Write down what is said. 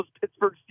Pittsburgh